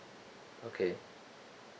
okay